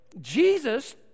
Jesus